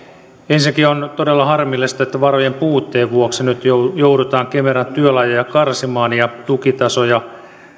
ensinnäkin on todella harmillista että varojen puutteen vuoksi nyt jo joudutaan kemeran työlajeja karsimaan ja tukitasoja